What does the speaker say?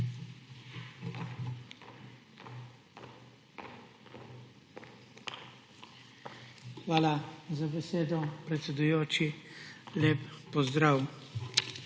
Hvala za besedo, predsedujoči. Lep pozdrav!